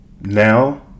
now